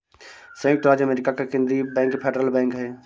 सयुक्त राज्य अमेरिका का केन्द्रीय बैंक फेडरल बैंक है